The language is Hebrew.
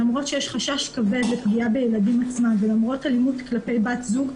למרות שיש חשש כבד לפגיעה בילדים עצמם ולמרות אלימות כלפי בת זוג,